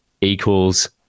equals